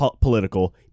political